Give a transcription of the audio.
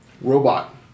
Robot